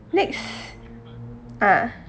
next ah